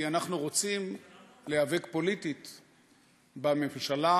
כי אנחנו רוצים להיאבק פוליטית בממשלה,